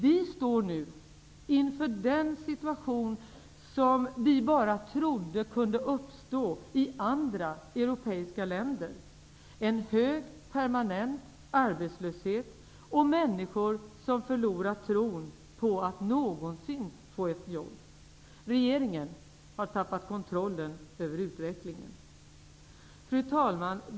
Vi står nu inför den situation som vi bara trodde kunde uppstå i andra europeiska länder -- en hög permanent arbetslöshet och människor som förlorar tron på att någonsin få ett jobb. Regeringen har tappat kontrollen över utvecklingen. Fru talman!